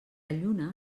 lluna